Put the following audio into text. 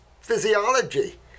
physiology